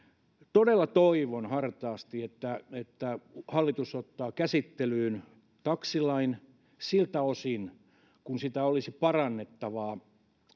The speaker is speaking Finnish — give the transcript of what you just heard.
todella toivon hartaasti että että hallitus ottaa käsittelyyn taksilain siltä osin kuin sitä olisi parannettava